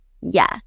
yes